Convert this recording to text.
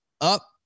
up